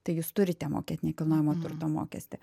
tai jūs turite mokėt nekilnojamo turto mokestį